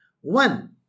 One